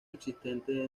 existente